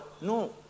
No